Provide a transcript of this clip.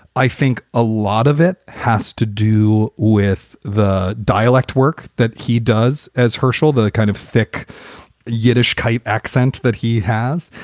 i think a lot of it has to do with the dialect work that he does as herschell, the kind of thick yiddish accent that he has.